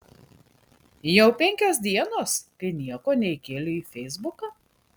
jau penkios dienos kai nieko neįkėlei į feisbuką